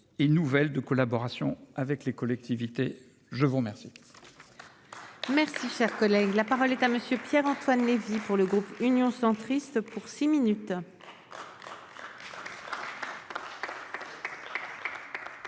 et nouvelle de collaboration avec les collectivités. Je vous remercie. Merci, cher collègue, la parole est à monsieur Pierre-Antoine Levi. Pour le groupe Union centriste pour six minutes. Madame